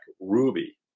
Ruby